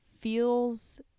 feels